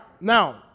now